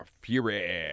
Fury